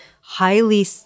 highly